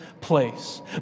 place